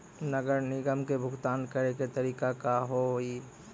नगर निगम के भुगतान करे के तरीका का हाव हाई?